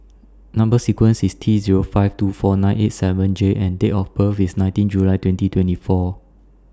Number sequence IS T Zero five two four nine eight seven J and Date of birth IS nineteen July twenty twenty four